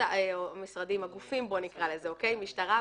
נקרא להם הגופים המשטרה,